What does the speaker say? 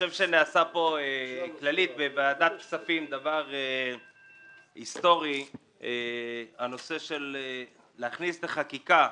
חושב שנעשה פה בוועדת כספים דבר היסטורי להכניס בחקיקה,